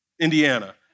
Indiana